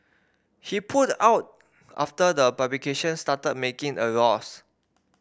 he pulled out after the publication started making a loss